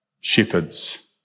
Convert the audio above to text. shepherds